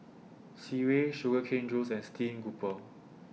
Sireh Sugar Cane Juice and Stream Grouper